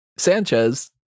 Sanchez